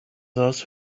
those